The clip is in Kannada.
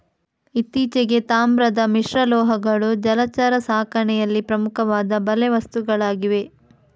ಇತ್ತೀಚೆಗೆ, ತಾಮ್ರದ ಮಿಶ್ರಲೋಹಗಳು ಜಲಚರ ಸಾಕಣೆಯಲ್ಲಿ ಪ್ರಮುಖವಾದ ಬಲೆ ವಸ್ತುಗಳಾಗಿವೆ